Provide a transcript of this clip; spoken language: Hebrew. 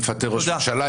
יפטר ראש ממשלה,